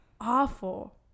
awful